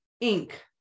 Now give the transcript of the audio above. ink